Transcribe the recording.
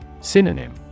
Synonym